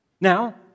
Now